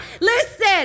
Listen